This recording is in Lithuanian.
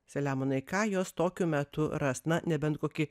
saliamonai ką jos tokiu metu ras na nebent kokį